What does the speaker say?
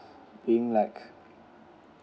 being like